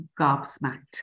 gobsmacked